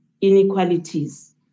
inequalities